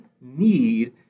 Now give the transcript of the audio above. need